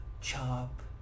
chop